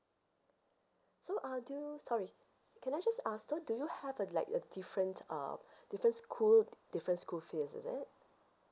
so uh do you sorry can I just ask so do you have uh like a different uh different school different school fees is it